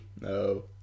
No